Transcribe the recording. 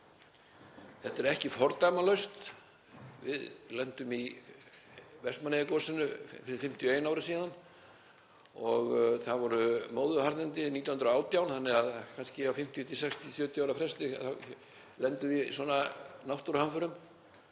Þetta er ekki fordæmalaust. Við lentum í Vestmannaeyjagosinu fyrir 51 ári síðan og það voru móðuharðindi 1918, þannig að á kannski 50, 60, 70 ára fresti lendum við í svona náttúruhamförum